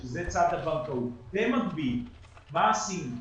מה עשינו במקביל.